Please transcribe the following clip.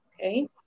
okay